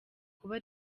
kuba